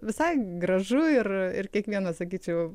visai gražu ir ir kiekvieno sakyčiau